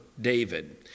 David